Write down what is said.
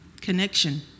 Connection